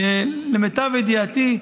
למיטב ידיעתי,